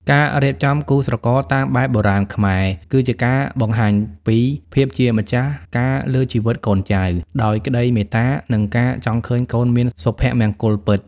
ការរៀបចំគូស្រករតាមបែបបុរាណខ្មែរ គឺជាការបង្ហាញពី "ភាពជាម្ចាស់ការលើជីវិតកូនចៅ" ដោយក្តីមេត្តា និងការចង់ឃើញកូនមានសុភមង្គលពិត។